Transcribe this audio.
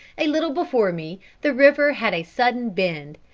a little before me the river had a sudden bend,